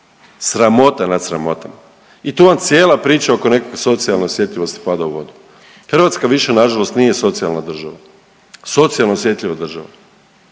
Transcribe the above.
sramota nad sramotama i tu vam cijela priča oko nekakve socijalne osjetljivosti pada u vodu. Hrvatska više nažalost nije socijalna država, socijalno osjetljiva država,